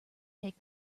take